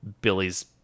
Billy's